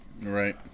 right